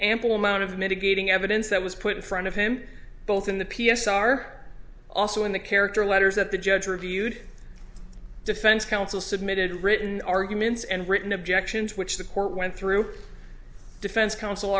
ample amount of mitigating evidence that was put in front of him both in the p s r also in the character letters that the judge reviewed the defense counsel submitted written arguments and written objections which the court went through defense counsel